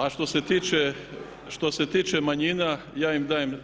A što se tiče manjina, ja im dajem